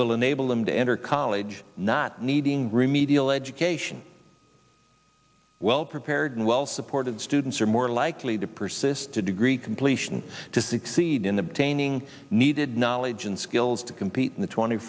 will enable them to enter college not needing remedial education well prepared and well supported students are more likely to persist to degree completion to succeed in obtaining needed knowledge and skills to compete in the twenty